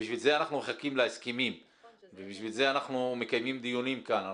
בשביל זה אנחנו מחכים להסכמים ובשביל זה אנחנו מקיימים דיונים כאן.